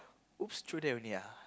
through that only ah